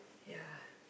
ya